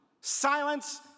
silence